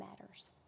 matters